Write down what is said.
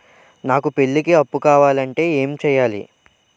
నాకు పెళ్లికి అప్పు కావాలంటే ఏం చేయాలి?